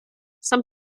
some